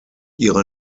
ihre